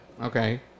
Okay